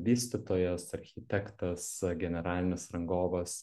vystytojas architektas generalinis rangovas